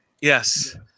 yes